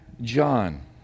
John